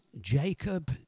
Jacob